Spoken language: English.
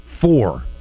four